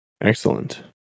Excellent